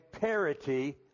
parity